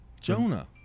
Jonah